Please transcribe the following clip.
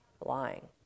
lying